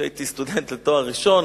כשהייתי סטודנט לתואר ראשון,